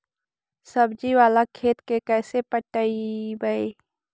सब्जी बाला खेत के कैसे पटइबै?